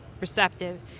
receptive